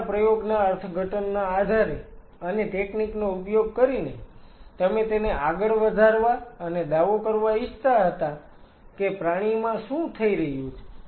તમારા પ્રયોગના અર્થઘટનના આધારે અને ટેકનીક નો ઉપયોગ કરીને તમે તેને આગળ વધારવા અને દાવો કરવા ઈચ્છતા હતા કે પ્રાણીમાં શું થઈ રહ્યું છે